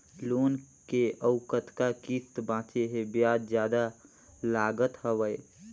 Loan के अउ कतका किस्त बांचें हे? ब्याज जादा लागत हवय,